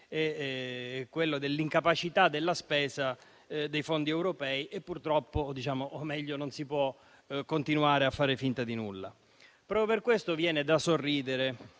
quello dell'incapacità della spesa dei fondi europei. Purtroppo, non si può continuare a fare finta di nulla. Proprio per questo, viene da sorridere